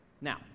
Now